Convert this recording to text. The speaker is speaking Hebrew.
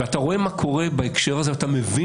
אתה רואה מה קורה בהקשר הזה ואתה מבין